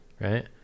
right